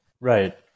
Right